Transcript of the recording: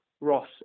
Ross